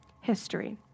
History